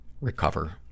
recover